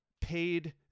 paid